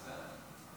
מצטער.